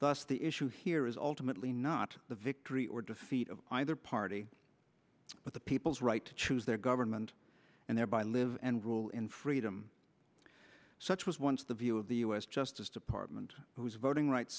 the issue here is ultimately not the victory or defeat of either party but the people's right to choose their government and thereby live and rule in freedom such was once the view of the us justice department whose voting rights